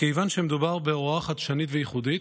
מכיוון שמדובר בהוראה חדשנית וייחודית,